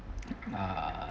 err